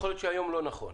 יכול להיות שהיום לא נכון.